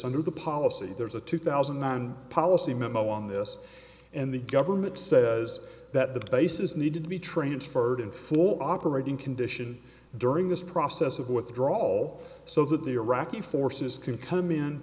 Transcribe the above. under the policy there's a two thousand and nine policy memo on this and the government says that the base is needed to be transferred in full operating condition during this process of withdraw all so that the iraqi forces can come in